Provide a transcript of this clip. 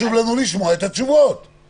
אנחנו